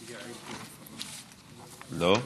לא?